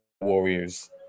Warriors